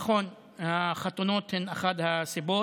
נכון, החתונות הן אחת הסיבות.